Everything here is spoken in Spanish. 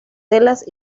telas